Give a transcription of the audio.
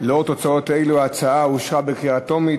לאור תוצאות אלו ההצעה אושרה בקריאה טרומית